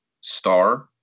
star